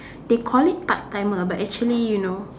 they call it part timer but actually you know